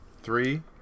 Three